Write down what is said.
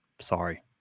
Sorry